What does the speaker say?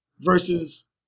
versus